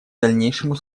дальнейшему